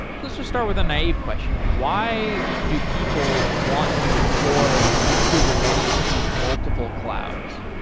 let's just start with a naive question. why do people want to deploy kubernetes to multiple clouds?